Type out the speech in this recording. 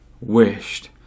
wished